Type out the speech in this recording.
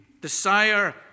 desire